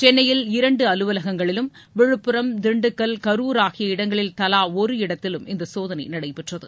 சென்னையில் இரண்டு அலுவலகங்களிலும் விழுப்புரம் திண்டுக்கல் கரூர் ஆகிய இடங்களில் தலா ஒரு இடங்களிலும் இந்த சோதனை நடைபெற்றது